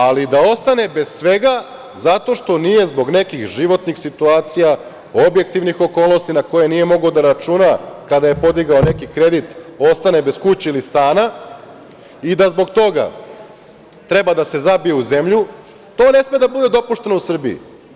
Ali, da ostane bez svega zato što nije zbog nekih životnih situacija, objektivnih okolnosti na koje nije mogao da računa kada je podigao neki kredit, ostane bez kuće ili stana i da zbog toga treba da se zabije u zemlju, to ne sme da bude dopušteno u Srbiji.